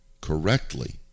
correctly